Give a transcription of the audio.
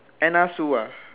Anna Sue ah